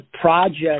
project